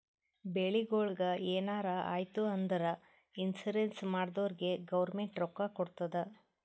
ಬೆಳಿಗೊಳಿಗ್ ಎನಾರೇ ಆಯ್ತು ಅಂದುರ್ ಇನ್ಸೂರೆನ್ಸ್ ಮಾಡ್ದೊರಿಗ್ ಗೌರ್ಮೆಂಟ್ ರೊಕ್ಕಾ ಕೊಡ್ತುದ್